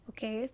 Okay